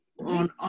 on